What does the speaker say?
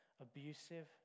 abusive